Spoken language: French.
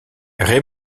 ray